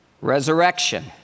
resurrection